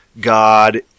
God